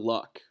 Luck